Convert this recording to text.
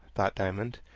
thought diamond.